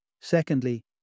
Secondly